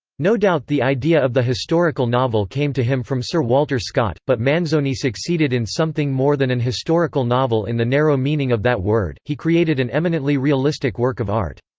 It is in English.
no doubt the idea of the historical novel came to him from sir walter scott, but manzoni succeeded in something more than an historical novel in the narrow meaning of that word he created an eminently realistic work of art.